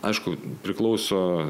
aišku priklauso